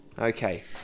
Okay